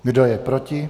Kdo je proti?